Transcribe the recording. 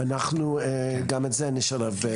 אנחנו גם את זה נשלב בסיכום,